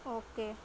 okay